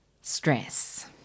Stress